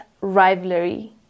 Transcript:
rivalry